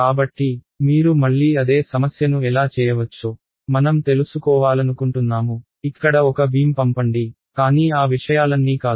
కాబట్టి మీరు మళ్లీ అదే సమస్యను ఎలా చేయవచ్చో మనం తెలుసుకోవాలనుకుంటున్నాము ఇక్కడ ఒక బీమ్ పంపండి కానీ ఆ విషయాలన్నీ కాదు